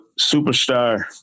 superstar